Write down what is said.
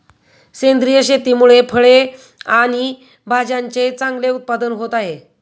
सेंद्रिय शेतीमुळे फळे आणि भाज्यांचे चांगले उत्पादन होत आहे